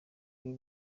ube